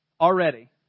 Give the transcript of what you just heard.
Already